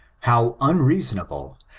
how unreasonable,